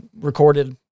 recorded